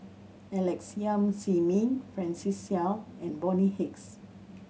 Alex Yam Ziming Francis Seow and Bonny Hicks